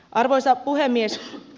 arvoisa puhemies